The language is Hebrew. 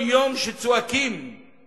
צועקים כל יום.